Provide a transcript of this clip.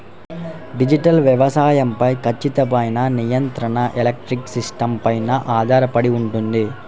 digital వ్యవసాయం పై ఖచ్చితమైన నియంత్రణ ఎలక్ట్రానిక్ సిస్టమ్స్ పైన ఆధారపడి ఉంటుంది